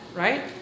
right